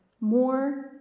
more